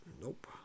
Nope